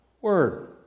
Word